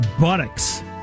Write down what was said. buttocks